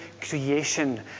creation